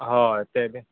हय ते बीन